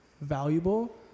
valuable